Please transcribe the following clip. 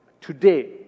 Today